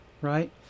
right